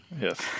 Yes